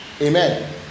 Amen